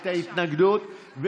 את ההתנגדות,